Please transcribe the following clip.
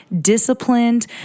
disciplined